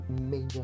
major